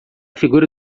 figura